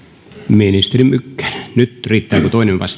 ministeri mykkänen nyt riittää että toinen